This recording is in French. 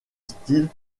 style